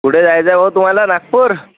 कुठं जायचं हो तुम्हाला नागपूर